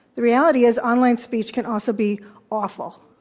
the reality is, online speech can also be awful,